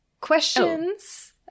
questions